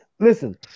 Listen